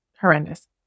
horrendous